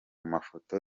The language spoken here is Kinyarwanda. mafoto